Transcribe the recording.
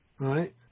Right